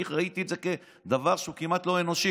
אני ראיתי את זה כדבר שהוא כמעט לא אנושי.